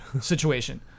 situation